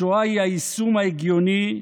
השואה היא היישום ההגיוני,